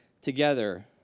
together